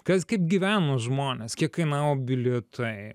kas kaip gyveno žmonės kiek kainavo bilietai